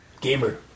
Gamer